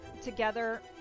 together